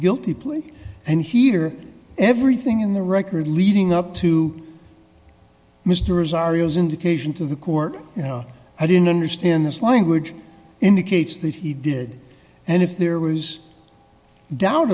guilty plea and hear everything in the record leading up to mr as arias indication to the court you know i didn't understand this language indicates that he did and if there was doubt